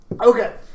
Okay